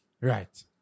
right